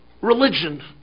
religion